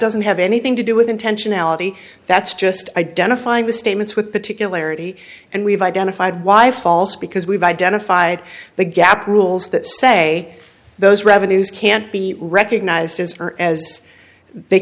doesn't have anything to do with intentionality that's just identifying the statements with particularity and we've identified why false because we've identified the gap rules that say those revenues can't be recognized as far as they